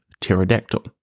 pterodactyl